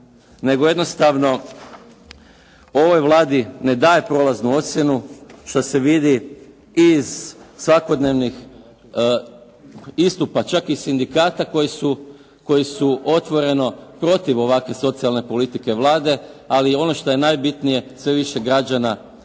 nego jednostavno ovoj Vladi ne daje prolaznu ocjenu što se vidi i iz svakodnevnih istupa čak i sindikata koji su otvoreno protiv ovakve socijalne politike Vlade. Ali ono što je najbitnije sve više građana ne